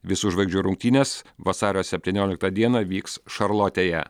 visų žvaigždžių rungtynės vasario septynioliktą dieną vyks šarlotėje